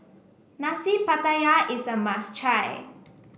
Nasi Pattaya is a must try